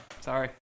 Sorry